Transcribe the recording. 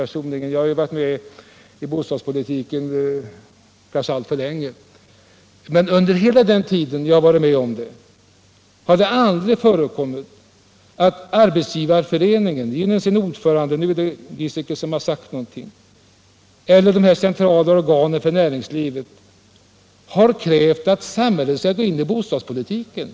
Jag har varit med i bostadspolitiken kanske alltför länge, men under hela den tiden har det aldrig förekommit att Arbetsgivareföreningen genom sin ordförande eller de centrala organen för näringslivet har krävt att samhället skall gå in i bostadspolitiken.